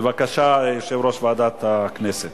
בבקשה, יושב-ראש ועדת הכנסת.